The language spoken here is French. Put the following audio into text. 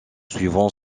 suivant